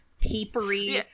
papery